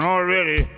Already